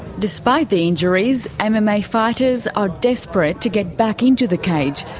despite the injuries, ah mma mma fighters are desperate to get back into the cage,